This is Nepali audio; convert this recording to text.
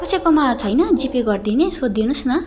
कसैकोमा छैन जि पे गरिदिने सोधि दिनु होस् न